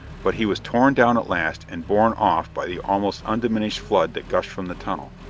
but he was torn down at last and borne off by the almost undiminished flood that gushed from the tunnel.